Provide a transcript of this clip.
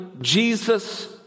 Jesus